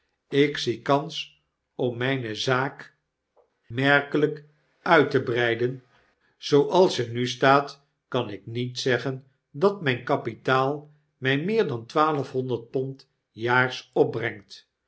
ik zie kans om mijne zaak merkelijk uit te breiden zooals ze nu staat kan ik niet zeggen dat mijn kapitaal mij meer dan twaalfhonderd pond s jaars opbrengt